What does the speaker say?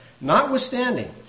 Notwithstanding